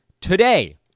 today